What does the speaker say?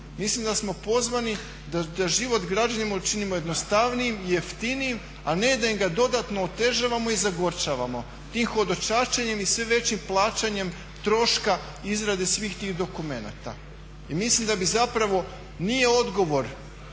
Mislim da smo pozvani da živit građanima učinimo jednostavnijim i jeftinijim a ne da im ga dodatno otežavamo i zagorčavamo tim hodočašćenjem i sve većim plaćanjem troška izrade svih tih dokumenata. I mislim da bi zapravo, nije odgovor